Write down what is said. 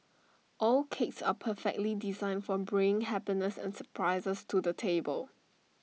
all cakes are perfectly designed for bringing happiness and surprises to the table